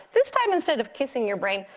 this time instead of kissing your brain,